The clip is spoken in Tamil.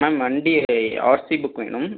மேம் வண்டி ஆர்சி புக் வேணும்